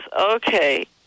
okay